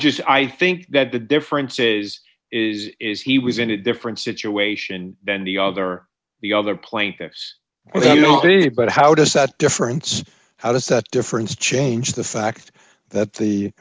just i think that the difference is is is he was in a different situation than the other the other plaintiffs do but how does that difference how does that difference change the fact that the